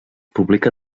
publica